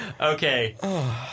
Okay